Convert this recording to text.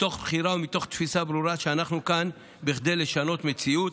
מתוך בחירה ומתוך תפיסה ברורה שאנחנו כאן כדי לשנות מציאות.